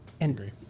agree